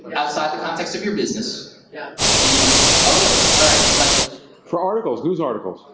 outside the context of your business yep. do you, oh really? alright, like for articles, news articles.